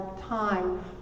time